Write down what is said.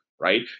right